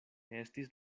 estis